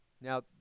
Now